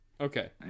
Okay